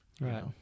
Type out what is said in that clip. right